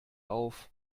auf